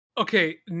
Okay